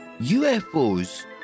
UFOs